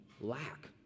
lack